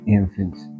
infants